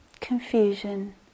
confusion